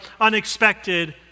unexpected